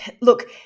Look